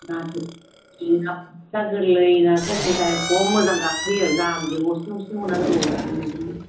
नाथुर ना बोथिया गोरलै नास्राय खुन्थाय खम मोजां गाखोयो जामबि ह'सिन ह'सिन ह'नानै दसेनो मोनबोयो